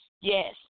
Yes